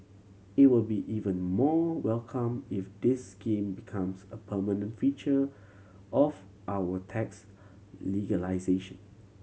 it will be even more welcome if this scheme becomes a permanent feature of our tax